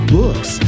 books